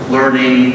Learning